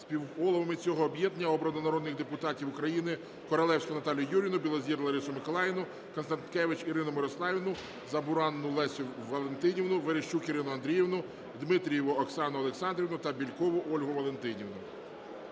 Співголовами цього об'єднання обрано народних депутатів України: Королевську Наталію Юріївну, Білозір Ларису Миколаївну, Констанкевич Ірину Мирославівну, Забуранну Лесю Валентинівну, Верещук Ірину Андріївну, Дмитрієву Оксану Олександрівну та Бєлькову Ольгу Валентинівну.